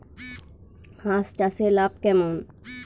হাঁস চাষে লাভ কেমন?